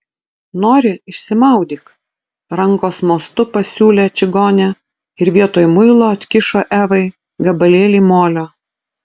nori išsimaudyk rankos mostu pasiūlė čigonė ir vietoj muilo atkišo evai gabalėlį molio